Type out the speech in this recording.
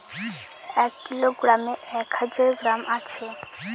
এক কিলোগ্রামে এক হাজার গ্রাম আছে